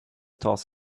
toss